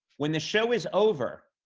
when the show is over,